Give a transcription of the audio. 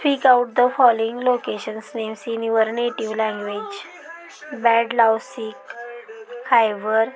speak out the following locations names in your native language बॅड लावसिक हायवर